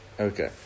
Okay